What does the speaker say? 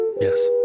Yes